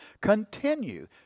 continue